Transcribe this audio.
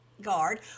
guard